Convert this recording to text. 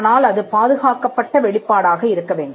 ஆனால் அது பாதுகாக்கப்பட்ட வெளிப்பாடாக இருக்க வேண்டும்